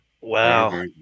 Wow